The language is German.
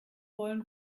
wollen